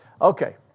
Okay